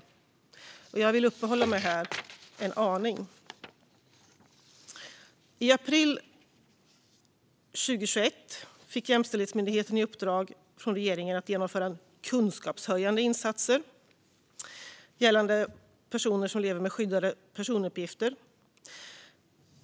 Jag vill uppehålla mig en aning vid detta. I april 2021 fick Jämställdhetsmyndigheten i uppdrag från regeringen att genomföra kunskapshöjande insatser gällande personer som lever med skyddade personuppgifter.